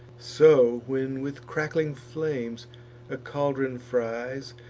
so, when with crackling flames a caldron fries,